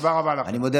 תודה רבה לכם.